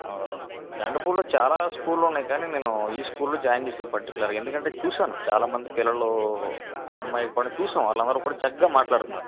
బెండపూడిలో చాలా స్కూళ్ళు ఉన్నాయి కానీ నేను ఈ స్కూల్ లో జాయిన్ చేశాను పర్టికులర్ ఎందుకంటే చూశాను చాలా మంది పిల్లలు ఆ అమ్మాయిని కూడా చూసాం వాళ్ళందరూ కూడా చక్కగా మాట్లాడుతున్నారు